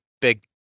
big